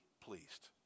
pleased